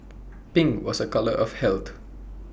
pink was A colour of health